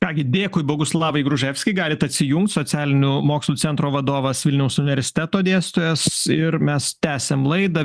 ką gi dėkui boguslavai gruževski galite atsijungti socialinių mokslų centro vadovas vilniaus universiteto dėstytojas ir mes tęsiam laidą